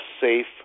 safe